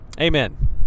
Amen